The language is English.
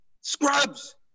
scrubs